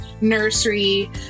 nursery